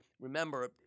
remember